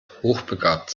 hochbegabt